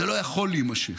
זה לא יכול להימשך.